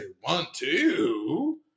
one-two